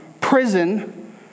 prison